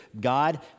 God